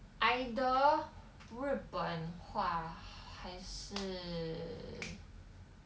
either 日本话还是